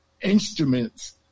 instruments